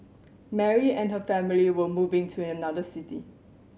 Mary and her family were moving to another city